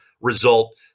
result